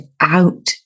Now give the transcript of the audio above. out